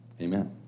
amen